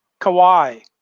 Kawhi